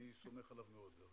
אני סומך עליו מאוד.